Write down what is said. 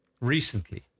recently